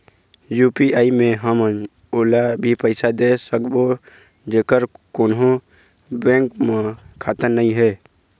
UPI मे हमन ओला भी पैसा दे सकबो जेकर कोन्हो बैंक म खाता नई हे?